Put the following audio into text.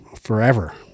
forever